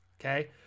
okay